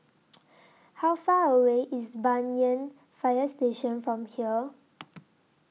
How Far away IS Banyan Fire Station from here